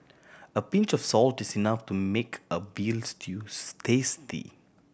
a pinch of salt is enough to make a veal stews tasty